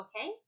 okay